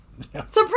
Surprise